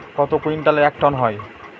কত কুইন্টালে এক টন হয়?